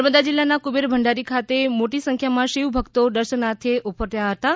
નર્મદા જિલ્લાનાં કુબેર ભંડારી ખાતે મોટી સંખ્યામં શિવભક્તો દર્શનાર્થી ઉમટ્યા હતાં